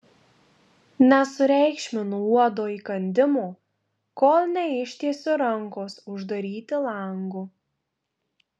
nesureikšminu uodo įkandimo kol neištiesiu rankos uždaryti lango